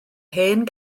hen